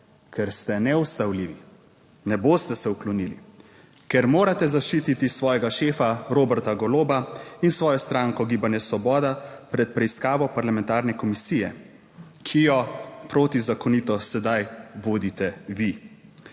Ker ste neustavljivi, ne boste se uklonili, ker morate zaščititi svojega šefa Roberta Goloba in svojo stranko Gibanje Svoboda pred preiskavo parlamentarne komisije, ki jo protizakonito sedaj vodite vi.